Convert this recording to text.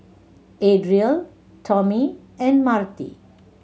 Adriel Tomie and Marti